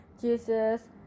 Jesus